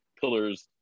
pillars